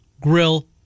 Grill